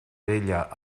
vella